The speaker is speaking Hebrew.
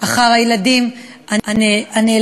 אחר הילדים הנעלמים.